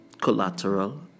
Collateral